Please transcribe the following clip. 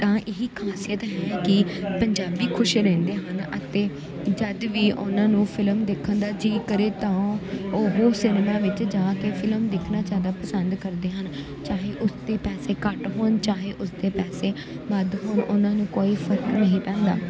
ਤਾਂ ਇਹੀ ਖ਼ਾਸੀਅਤ ਹੈ ਕਿ ਪੰਜਾਬੀ ਖੁਸ਼ ਰਹਿੰਦੇ ਹਨ ਅਤੇ ਜਦੋਂ ਵੀ ਉਹਨਾਂ ਨੂੰ ਫਿਲਮ ਦੇਖਣ ਦਾ ਜੀਅ ਕਰੇ ਤਾਂ ਉਹ ਸਿਨੇਮਾ ਵਿੱਚ ਜਾ ਕੇ ਫਿਲਮ ਦੇਖਣਾ ਜ਼ਿਆਦਾ ਪਸੰਦ ਕਰਦੇ ਹਨ ਚਾਹੇ ਉਸ ਦੇ ਪੈਸੇ ਘੱਟ ਹੋਣ ਚਾਹੇ ਉਸ ਦੇ ਪੈਸੇ ਵੱਧ ਹੋਣ ਉਹਨਾਂ ਨੂੰ ਕੋਈ ਫ਼ਰਕ ਨਹੀਂ ਪੈਂਦਾ